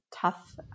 Tough